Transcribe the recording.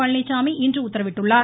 பழனிச்சாமி இன்று உத்தரவிட்டுள்ளார்